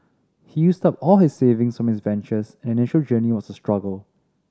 he used up all his savings for his ventures and the initial journey was a struggle